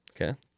Okay